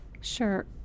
Sure